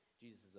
Jesus